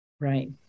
Right